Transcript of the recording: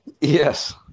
Yes